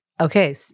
okay